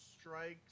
Strikes